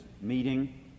meeting